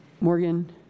Morgan